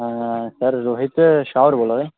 sir Rohit Shah होर बोल्ला दे